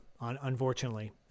unfortunately